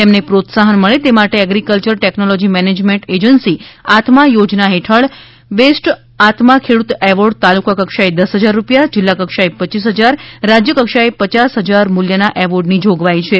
તેમને પ્રોત્સાહન મળે તે માટે એગ્રીકલ્ચર ટેકનોલોજી મેનેજમેન્ટ એજન્સી આત્મા યોજનાં હેઠળ બેસ્ટ આત્મા ખેડૂત એવોર્ડ તાલુકા કક્ષાએ દસ હજાર રૂપિયા જિલ્લા કક્ષાએ પચ્ચીસ હજાર રાજ્યકક્ષાએ પચાસ હજાર મૂલ્યના એવોર્ડની જોગવાઈ છે